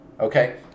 Okay